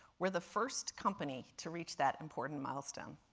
we're the first company to reach that important milestone.